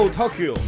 Tokyo